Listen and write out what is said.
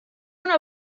una